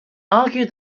argued